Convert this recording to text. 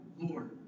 Lord